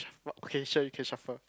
what vacation you can shuffle